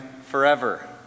forever